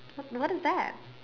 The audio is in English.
what is that